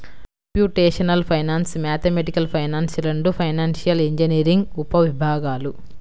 computational finance, mathematical finance రెండూ financial engineering ఉపవిభాగాలు